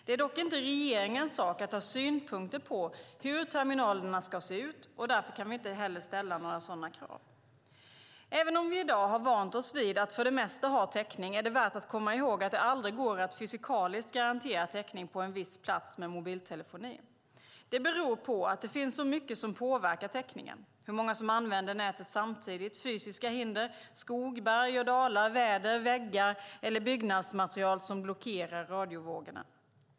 Det är dock inte regeringens sak att ha synpunkter på hur terminalerna ska se ut, och därför kan vi inte heller ställa några sådana krav. Även om vi i dag har vant oss vid att för det mesta ha täckning är det värt att komma ihåg att det aldrig går att fysikaliskt garantera täckning på en viss plats med mobiltelefoni. Det beror på att det finns så mycket som påverkar täckningen: hur många som använder nätet samtidigt, fysiska hinder, skog, berg och dalar, väder, väggar eller byggnadsmaterial som blockerar radiovågorna.